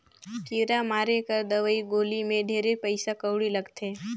कीरा मारे कर दवई गोली मे ढेरे पइसा कउड़ी लगथे